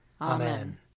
Amen